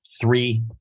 three